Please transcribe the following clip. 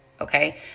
Okay